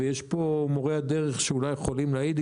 ויש פה מורי דרך שאולי יכולים להעיד,